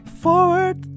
forward